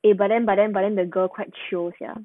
eh but then but then but then the girl quite chio sia